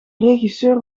regisseur